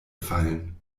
fallen